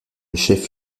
chef